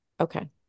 okay